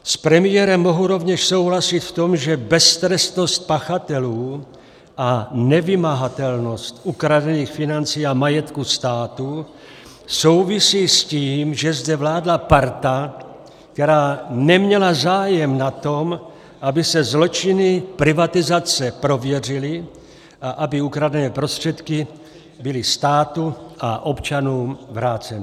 S premiérem mohu rovněž souhlasit v tom, že beztrestnost pachatelů a nevymahatelnost ukradených financí a majetku státu souvisí s tím, že zde vládla parta, která neměla zájem na tom, aby se zločiny privatizace prověřily a aby ukradené prostředky byly státu a občanům vráceny.